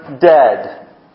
Dead